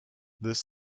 this